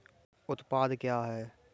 उत्पाद क्या होता है?